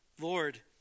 lord